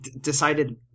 decided